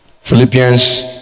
Philippians